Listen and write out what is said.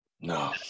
No